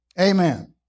Amen